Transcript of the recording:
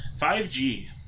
5G